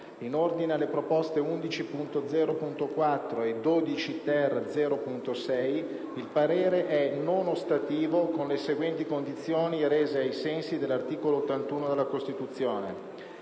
In ordine alle proposte 11.0.4 e 12-*ter*.0.6, il parere è non ostativo con le seguenti condizioni rese ai sensi dell'articolo 81 della Costituzione: